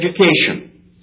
education